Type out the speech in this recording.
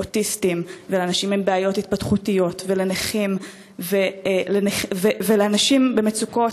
לאוטיסטים ולאנשים עם בעיות התפתחותיות ולנכים ולאנשים במצוקה,